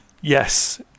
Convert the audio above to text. Yes